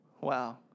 Wow